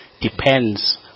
depends